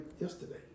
yesterday